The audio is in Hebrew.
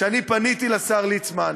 שאני פניתי לשר ליצמן,